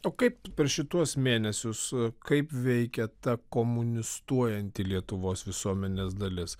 o kaip per šituos mėnesius kaip veikia ta komunistuojanti lietuvos visuomenės dalis